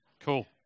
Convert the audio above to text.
Cool